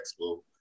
Expo